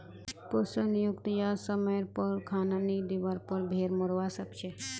पोषण युक्त या समयर पर खाना नी दिवार पर भेड़ मोरवा सकछे